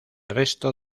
resto